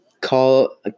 call